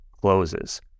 closes